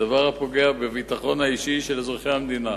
כדבר הפוגע בביטחון האישי של אזרחי המדינה.